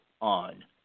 on